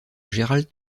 gérald